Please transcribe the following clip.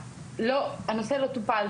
שהנושא לא טופל.